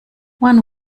when